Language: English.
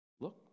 look